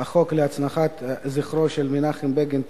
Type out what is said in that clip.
החוק להנצחת זכרו של מנחם בגין,